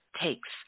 takes